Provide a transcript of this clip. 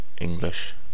English